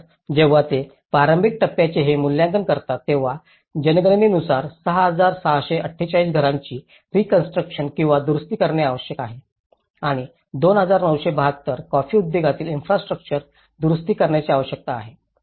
म्हणूनच जेव्हा ते प्रारंभिक टप्प्याचे हे मूल्यांकन करतात तेव्हा जनगणनेनुसार 6648 घरांची रीकॉन्स्ट्रुकशन किंवा दुरुस्ती करणे आवश्यक आहे आणि 2972 कॉफी उद्योगातील इन्फ्रास्ट्रउच्चर दुरुस्त करण्याची आवश्यकता आहे